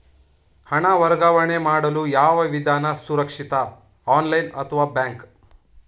ಹಣ ವರ್ಗಾವಣೆ ಮಾಡಲು ಯಾವ ವಿಧಾನ ಸುರಕ್ಷಿತ ಆನ್ಲೈನ್ ಅಥವಾ ಬ್ಯಾಂಕ್?